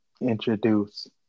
introduce